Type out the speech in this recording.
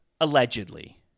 Allegedly